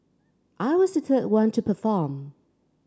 I was the third one to perform